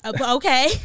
Okay